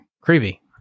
Creepy